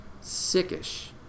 sickish